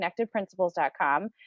connectedprinciples.com